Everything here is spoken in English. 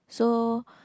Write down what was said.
so